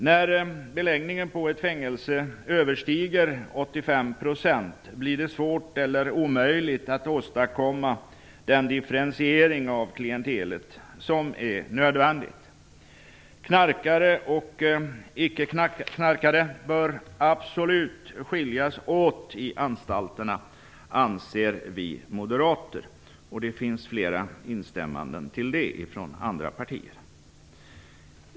När beläggningen vid ett fängelse överstiger 85 % blir det svårt eller omöjligt att åstadkomma den differentiering av klientelet som är nödvändig. Knarkare och icke knarkare bör absolut skiljas åt vid anstalterna anser vi moderater, och det finns flera instämmande i detta från andra partier.